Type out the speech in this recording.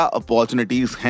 opportunities